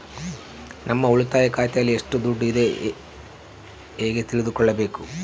ನಮ್ಮ ಉಳಿತಾಯ ಖಾತೆಯಲ್ಲಿ ಎಷ್ಟು ದುಡ್ಡು ಇದೆ ಹೇಗೆ ತಿಳಿದುಕೊಳ್ಳಬೇಕು?